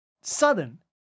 sudden